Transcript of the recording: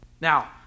Now